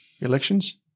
elections